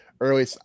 early